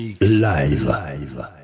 Live